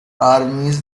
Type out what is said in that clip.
armies